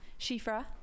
shifra